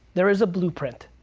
there is a blue print.